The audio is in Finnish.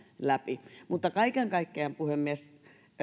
läpi kaiken kaikkiaan puhemies